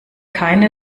keine